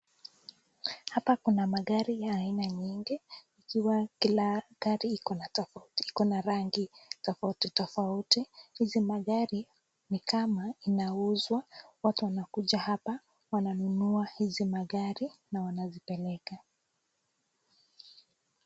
Hapa kuna magari ya aina nyingi, ikiwa kila gari ikona tofauti - ikona rangi tofauti tofauti. Hizi magari ni kama inauzwa. Watu wanakuja hapa, wananunua hizi magari na wanazipeleka.